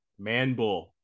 Manbull